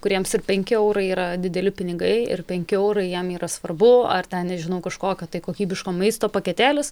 kuriems ir penki eurai yra dideli pinigai ir penki eurai jam yra svarbu ar ten nežinau kažkokio tai kokybiško maisto paketėlis